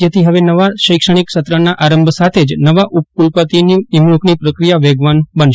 જેથી હવે નવા શૈક્ષણિક સત્રના આરંભ સાથેજ નવા ઉપકુલપતિની નિમણુંકની પ્રક્રિયા વેગવાન બનશે